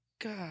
God